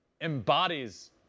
embodies